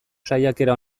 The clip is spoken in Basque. saiakera